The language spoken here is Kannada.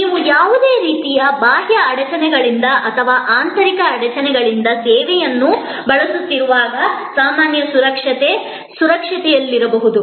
ನೀವು ಯಾವುದೇ ರೀತಿಯ ಬಾಹ್ಯ ಅಡಚಣೆಗಳಿಂದ ಅಥವಾ ಆಂತರಿಕ ಅಡಚಣೆಗಳಿಂದ ಸೇವೆಯನ್ನು ಬಳಸುತ್ತಿರುವಾಗ ಸಾಮಾನ್ಯ ಸುರಕ್ಷತೆ ಮತ್ತು ಸುರಕ್ಷತೆಯಲ್ಲಿರಬಹುದು